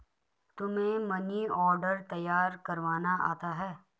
तुम्हें money order तैयार करवाना आता है?